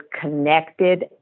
connected